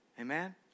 Amen